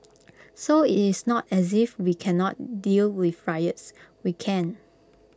so IT is not as if we cannot deal with riots we can